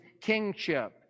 kingship